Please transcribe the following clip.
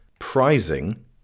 prizing